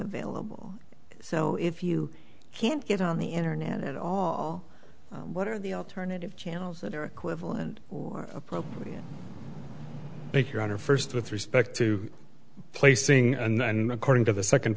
available so if you can't get on the internet at all what are the alternative channels that are equivalent or appropriate make your honor first with respect to placing and according to the second